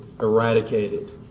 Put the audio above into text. eradicated